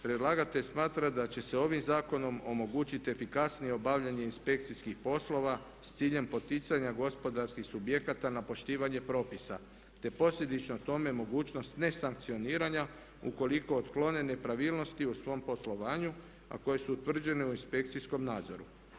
Predlagatelj smatra da će se ovim zakonom omogućiti efikasnije obavljanje inspekcijskih poslova s ciljem poticanja gospodarskih subjekata na poštivanje propisa, te posljedično tome mogućnost nesankcioniranja ukoliko otklone nepravilnosti u svom poslovanju, a koje su utvrđene u inspekcijskom nadzoru.